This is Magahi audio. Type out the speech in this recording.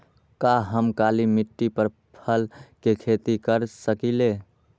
का हम काली मिट्टी पर फल के खेती कर सकिले?